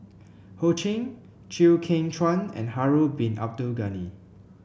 Ho Ching Chew Kheng Chuan and Harun Bin Abdul Ghani